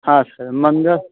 हाँ सर मनगर